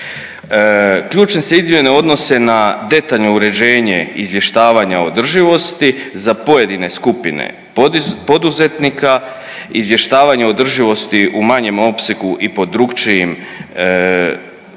Ključne se izmjene odnose na detaljno uređenje izvještavanja o održivosti, za pojedine skupine poduzetnika, izvještavanje o održivosti u manjem opsegu i pod drukčijim nazivom